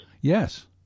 Yes